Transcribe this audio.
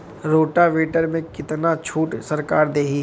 Rotavator में कितना छूट सरकार देही?